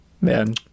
man